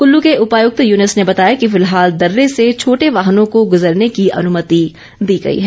कुल्लू के उपायुक्त युनुस ने बताया कि फिलहाल दर्रे से छोटे वाहनों को गुज़रने की अनुमति दी गई है